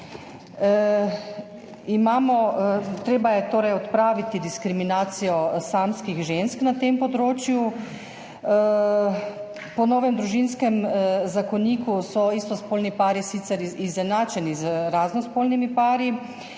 Treba je torej odpraviti diskriminacijo samskih žensk na tem področju. Po novem Družinskem zakoniku so istospolni pari sicer izenačeni z raznospolnimi pari.